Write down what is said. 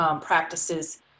practices